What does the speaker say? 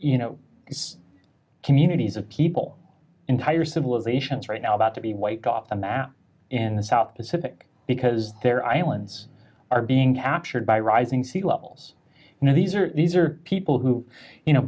you know these communities of people entire civilizations right now about to be wiped off the map in the south pacific because they're islands are being captured by rising sea levels and these are these are people who you know